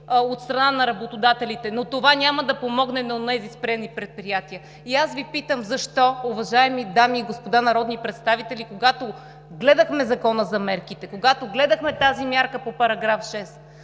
от страна на работодателите, но това няма да помогне на онези спрени предприятия. И аз Ви питам: защо, уважаеми дами и господа народни представители, когато гледахме Закона за мерките, когато гледахме тази мярка по § 6,